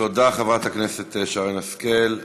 תודה, חברת הכנסת שרן השכל.